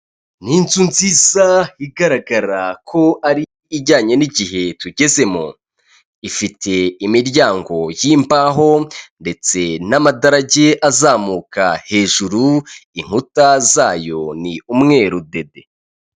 Ni inzu nziza igaragara ko ari ijyanye n'igihe tugezemo; ifite imiryango y'imbaho ndetse n'amadarage azamuka hejuru; inkuta zayo ni umweru dede.